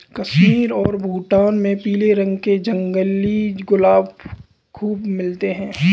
कश्मीर और भूटान में पीले रंग के जंगली गुलाब खूब मिलते हैं